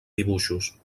dibuixos